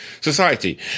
society